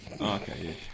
Okay